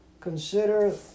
consider